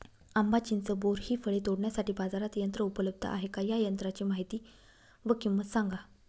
आंबा, चिंच, बोर हि फळे तोडण्यासाठी बाजारात यंत्र उपलब्ध आहेत का? या यंत्रांची माहिती व किंमत सांगा?